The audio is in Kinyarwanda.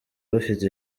bafite